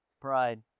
pride